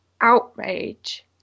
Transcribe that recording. outrage